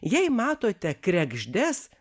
jei matote kregždes